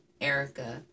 Erica